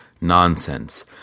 nonsense